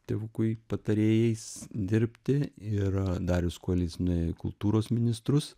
tėvukui patarėjais dirbti ir darius kuolys nuėjo į kultūros ministrus